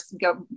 go